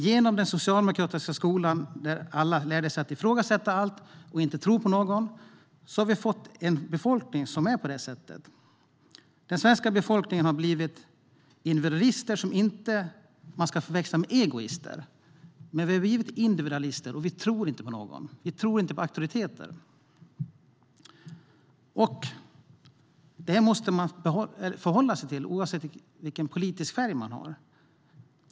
Genom den socialdemokratiska skolan, där alla lärde sig att ifrågasätta allt och inte tro på någon, har vi fått en sådan befolkning. Den svenska befolkningen har blivit individualister, vilket man inte ska förväxla med egoister. Vi tror inte på någon. Vi tror inte på auktoriteter. Detta måste man förhålla sig till, oavsett vilken politisk färg man har.